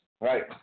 right